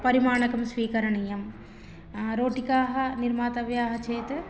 परिमाणं स्वीकरणीयं रोटिकाः निर्मितव्याः चेत्